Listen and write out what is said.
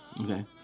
Okay